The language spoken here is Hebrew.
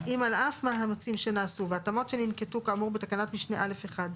(א2)אם על אף מאמצים שנעשו והתאמות שננקטו כאמור בתקנת משנה (א1),